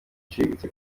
uciriritse